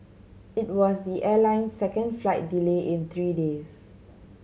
it was the airline's second flight delay in three days